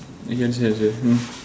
mm understand understand